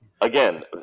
Again